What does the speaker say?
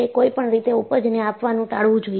કોઈપણ રીતે ઊપજને આપવાનું ટાળવું જોઈએ